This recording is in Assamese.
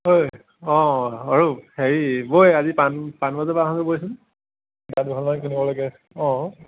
অই অঁ অৰুপ হেৰি ব'ল আজি পান পানবজাৰৰ পৰা আহোঁগৈ ব'লচোন কিতাপ দুখনমান কিনিবলগীয়া আছে অঁ